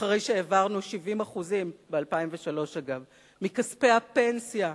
אחרי שב-2003 העברנו 70% מכספי הפנסיה,